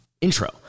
intro